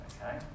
okay